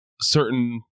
certain